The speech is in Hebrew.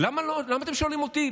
למה אתם שואלים אותי?